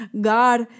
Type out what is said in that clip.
God